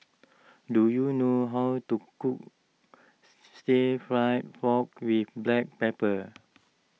do you know how to cook Stir Fried Pork with Black Pepper